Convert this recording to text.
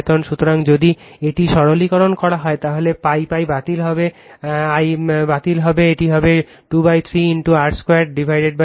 সুতরাং যদি এটি সরলীকরণ করা হয় তাহলে pi pi বাতিল হবে l l বাতিল হবে এটি হবে 23 r 2 r 2